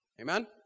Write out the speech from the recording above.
Amen